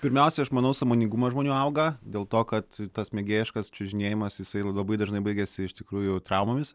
pirmiausia aš manau sąmoningumas žmonių auga dėl to kad tas mėgėjiškas čiužinėjimas jisai labai dažnai baigiasi iš tikrųjų traumomis